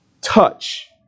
touch